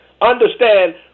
Understand